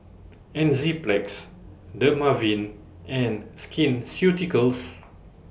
Enzyplex Dermaveen and Skin Ceuticals